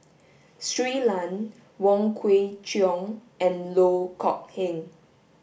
Shui Lan Wong Kwei Cheong and Loh Kok Heng